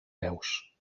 veus